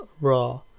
raw